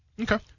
Okay